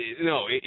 No